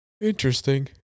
Interesting